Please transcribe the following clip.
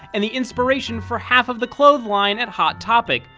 and the inspiration for half of the clothing line at hot topic.